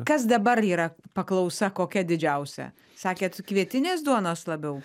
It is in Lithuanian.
kas dabar yra paklausa kokia didžiausia sakėt kvietinės duonos labiau